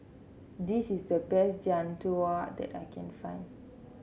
this is the best Jian Dui that I can find